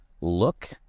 look